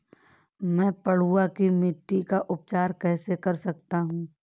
मैं पडुआ की मिट्टी का उपचार कैसे कर सकता हूँ?